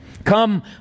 Come